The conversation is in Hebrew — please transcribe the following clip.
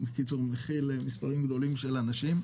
שמכיל מספרים גדולים של אנשים,